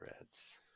Reds